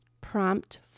Prompt